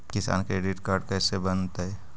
किसान credit card कैसे बनतै?